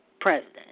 president